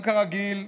כרגיל,